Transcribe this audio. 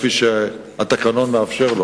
כפי שהתקנון מאפשר לו.